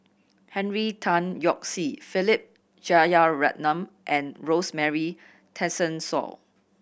Henry Tan Yoke See Philip Jeyaretnam and Rosemary Tessensohn